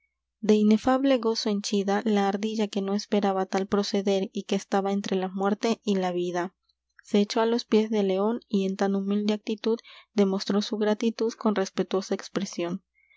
de inefable gozo henchida la ardilla que no esperaba tal proceder y que estaba entre la muerte y la vida se echó á los pies del león y en tan humilde actitud demostró su gratitud con respetuosa expresión